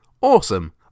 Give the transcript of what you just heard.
Awesome